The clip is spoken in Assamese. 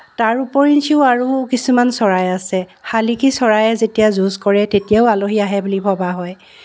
তাৰ উপৰিঞ্চিও আৰু কিছুমান চৰাই আছে শালিকী চৰায়ে যেতিয়া যুঁজ কৰে তেতিয়াও আলহী আহে বুলি ভবা হয়